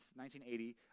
1980